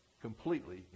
completely